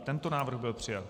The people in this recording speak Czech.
I tento návrh byl přijat.